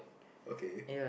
okay